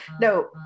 no